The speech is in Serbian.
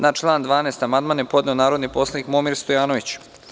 Na član 12. amandman je podneo narodni poslanikMomir Stojanović.